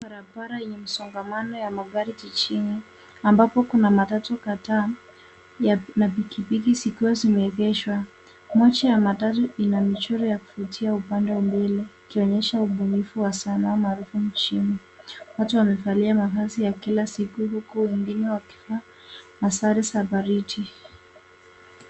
Barabara yenye msongamano wa magari jijini ambapo kuna matatu kadhaa na pikipiki zikiwa zimeegeshwa. Moja ya matatu ina michoro ya kuvutia upande wa mbele ikionyesha ubunifu wa sanaa maarufu nchini. Watu wamevalia mavazi ya kila siku huku wengine wakivaa sare za baridi.